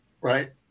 right